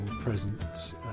presence